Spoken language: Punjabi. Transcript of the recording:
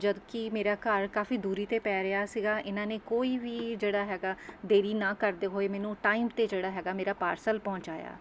ਜਦਕਿ ਮੇਰਾ ਘਰ ਕਾਫ਼ੀ ਦੂਰੀ 'ਤੇ ਪੈ ਰਿਹਾ ਸੀਗਾ ਇਹਨਾਂ ਨੇ ਕੋਈ ਵੀ ਜਿਹੜਾ ਹੈਗਾ ਦੇਰੀ ਨਾ ਕਰਦੇ ਹੋਏ ਮੈਨੂੰ ਟਾਈਮ 'ਤੇ ਜਿਹੜਾ ਹੈਗਾ ਮੇਰਾ ਪਾਰਸਲ ਪਹੁੰਚਾਇਆ